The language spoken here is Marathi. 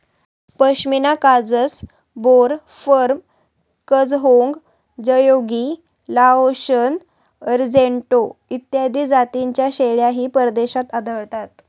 पश्मिना काजस, बोर, फर्म, गझहोंग, जयोगी, लाओशन, अरिजेंटो इत्यादी जातींच्या शेळ्याही परदेशात आढळतात